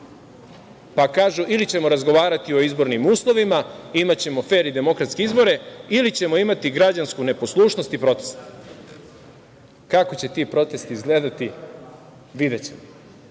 pa kažu – ili ćemo o razgovarati o izbornim uslovima, imaćemo fer i demokratske izbore, ili ćemo imati građansku neposlušnost i proteste. Kako će ti protesti izgledati? Videćemo,